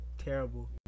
terrible